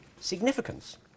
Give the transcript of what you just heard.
significance